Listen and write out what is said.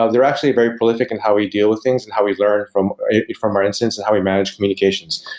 ah they're actually very prolific in and how we deal with things and how we learn from from our incidents and how we manage communications.